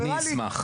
אני אשמח.